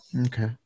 Okay